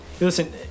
Listen